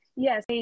Yes